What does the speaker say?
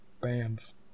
bands